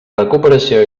recuperació